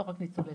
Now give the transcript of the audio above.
לא רק ניצולי